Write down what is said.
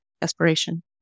desperation